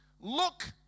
look